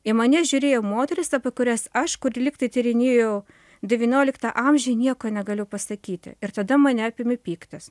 į mane žiūrėjo moterys apie kurias aš kur lygtai tyrinėjau devynioloktą amžių nieko negaliu pasakyti ir tada mane apėmė pyktis